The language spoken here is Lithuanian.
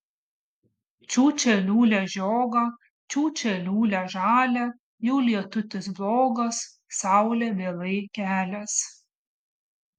čiūčia liūlia žiogą čiūčia liūlia žalią jau lietutis blogas saulė vėlai kelias